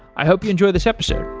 i hope you enjoy this episode